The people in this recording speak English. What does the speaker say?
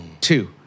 Two